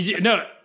no